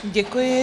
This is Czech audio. Děkuji.